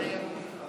כולל לוח התיקונים,